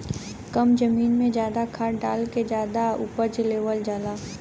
कम जमीन में जादा खाद डाल के जादा उपज लेवल जाला